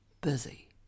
busy